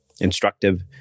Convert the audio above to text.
instructive